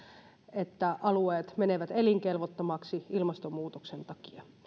että alueet menevät elinkelvottomiksi ilmastonmuutoksen takia